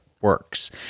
works